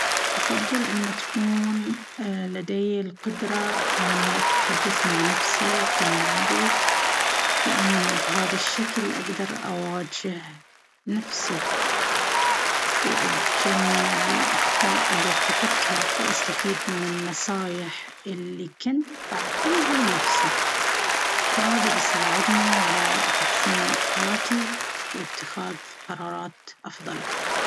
أفضل أن تكون لدي القدرة على التحدث مع نفسي في الماضي. لأن بهذا الشكل، أقدر أواجه نفسي وأتجنب الأخطاء اللي ارتكبتها، وأستفيد من النصائح اللي كنت بأعطيها لنفسي. هذا بيساعدني على تحسين حياتي واتخاذ قرارات أفضل.